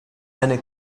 eine